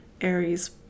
Aries